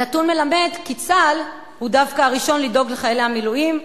הנתון מלמד כי דווקא צה"ל הוא הראשון לדאוג לחיילי המילואים,